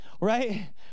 right